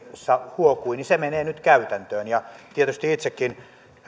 huokui menee nyt käytäntöön tietysti itsekin